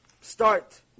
start